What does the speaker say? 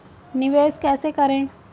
निवेश कैसे करें?